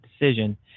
decision